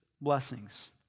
blessings